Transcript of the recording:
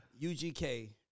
UGK